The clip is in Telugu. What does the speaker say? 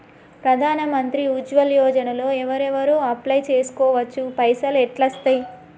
ప్రధాన మంత్రి ఉజ్వల్ యోజన లో ఎవరెవరు అప్లయ్ చేస్కోవచ్చు? పైసల్ ఎట్లస్తయి?